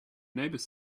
neighbour